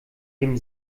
dem